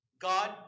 God